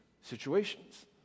situations